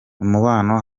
umubano